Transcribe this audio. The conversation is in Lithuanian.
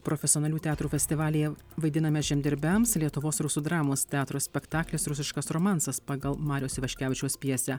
profesionalių teatrų festivalyje vaidiname žemdirbiams lietuvos rusų dramos teatro spektaklis rusiškas romansas pagal mariaus ivaškevičiaus pjesę